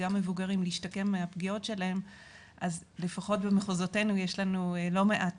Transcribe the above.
להשתקם מהפגיעות שלהם אז לפחות במחוזותינו יש לנו לא מעט